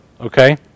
Okay